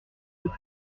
pour